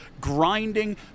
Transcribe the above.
grinding